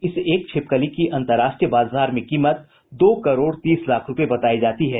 इस छिपकली की अंतर्राष्ट्रीय बाजार में कीमत दो करोड़ तीस लाख रूपये बतायी जाती है